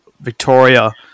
Victoria